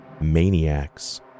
maniacs